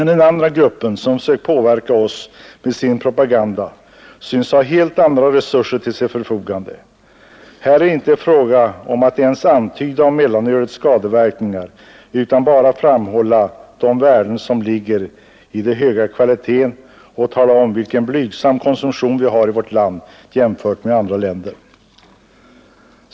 Den andra grupp som sökt påverka oss med sin propaganda synes ha helt andra resurser till sitt förfogande. Här är det inte fråga om att ens antyda mellanölets skadeverkningar, utan här framhåller man bara de värden som ligger i den höga kvaliteten och talar om vilken blygsam konsumtion vi har i vårt land jämfört med andra länder.